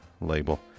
label